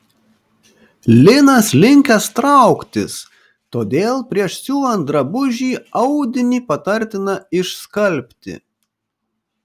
linas linkęs trauktis todėl prieš siuvant drabužį audinį patartina išskalbti